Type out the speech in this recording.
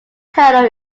tunnel